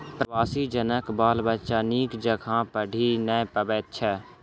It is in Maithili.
प्रवासी जनक बाल बच्चा नीक जकाँ पढ़ि नै पबैत छै